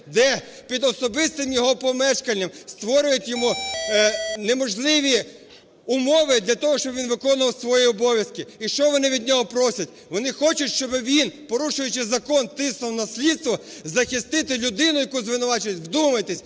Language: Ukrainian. Де? Під особистим його помешканням створюють йому неможливі умови для того, щоб він виконував свої обов'язки. І що вони від нього просять? Вони хочуть, щоб він, порушуючи закон, тиснув на слідство захистити людину, яку звинувачують, вдумайтесь,